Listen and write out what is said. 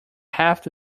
half